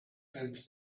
and